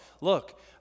look